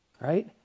right